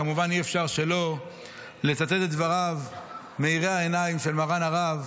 כמובן אי-אפשר שלא לצטט את דבריו מאירי העיניים של מרן הרב